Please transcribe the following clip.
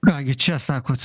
ką gi čia sakot